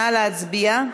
נא להצביע.